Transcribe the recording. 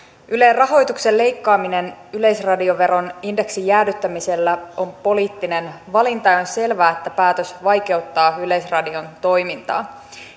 ylen rahoituksen leikkaaminen yleisradioveron indeksin jäädyttämisellä on poliittinen valinta ja on selvää että päätös vaikeuttaa yleisradion toimintaa